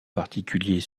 particulier